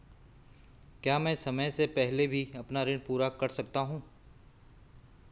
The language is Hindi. क्या मैं समय से पहले भी अपना ऋण पूरा कर सकता हूँ?